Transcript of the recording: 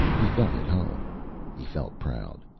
he felt at home he felt proud.